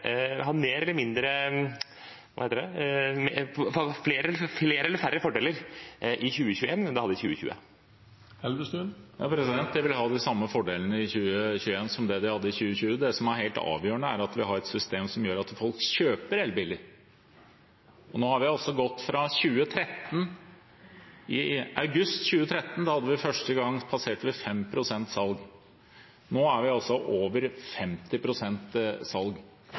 færre fordeler i 2021 enn de hadde i 2020? De vil ha de samme fordelene i 2021 som det de hadde i 2020. Det som er helt avgjørende, er at vi har et system som gjør at folk kjøper elbiler. Fra august 2013, da vi for første gang passerte 5 pst. salg, har vi altså gått til å ha over 50 pst. salg. Den fordelen videreføres også til neste år, og etter hvert som også modellene blir flere og bedre, er det ingen grunn til at vi